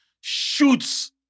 shoots